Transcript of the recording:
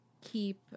keep